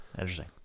Interesting